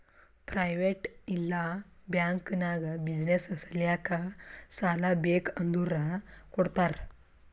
private ಇಲ್ಲಾ bank ನಾಗ್ business ಸಲ್ಯಾಕ್ ಸಾಲಾ ಬೇಕ್ ಅಂದುರ್ ಕೊಡ್ತಾರ್